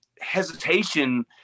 hesitation